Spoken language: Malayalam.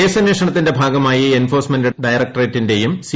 കേസന്വേഷണത്തിന്റെ ഭാഗമായി എൻഫോഴ്സ്മെന്റ് ഡയറക്ട്രേറ്റിന്റെയും സി